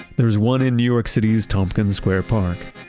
there's one in new york city's tompkins square park.